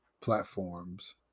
platforms